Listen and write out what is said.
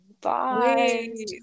bye